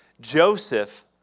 Joseph